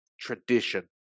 tradition